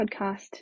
podcast